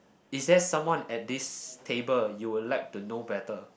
is there someone at this table you would like to know better